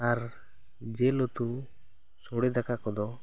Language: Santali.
ᱟᱨ ᱡᱤᱞ ᱩᱛᱩ ᱥᱚᱲᱮ ᱫᱟᱠᱟ ᱠᱚᱫᱚ